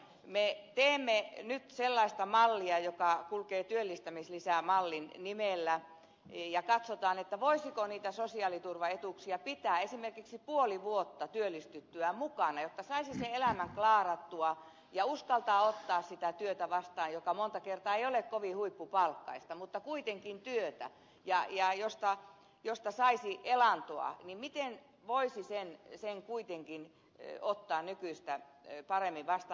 me teemme nyt sellaista mallia joka kulkee työllistämislisämallin nimellä ja katsotaan voisiko niitä sosiaaliturvaetuuksia pitää esimerkiksi puoli vuotta työllistyttyään mukana jotta saisi sen elämän klaarattua ja uskaltaisi ottaa vastaan sitä työtä joka monta kertaa ei ole kovin huippupalkkaista mutta kuitenkin työtä josta saisi elantoa miten voisi sitä työtä kuitenkin ottaa nykyistä paremmin vastaan